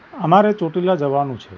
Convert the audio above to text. અમારે ચોટીલા જવાનું છે